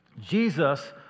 Jesus